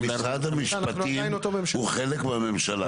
אנחנו עדיין אותה ממשלה.